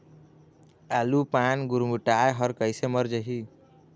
आलू पान गुरमुटाए हर कइसे मर जाही?